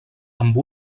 amb